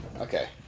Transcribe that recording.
Okay